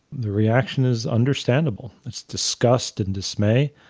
the reaction is understandable, it's disgust and dismay.